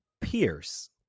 Pierce